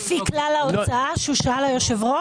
לפי כלל ההוצאה ששאל היושב-ראש?